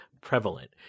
prevalent